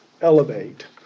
elevate